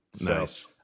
Nice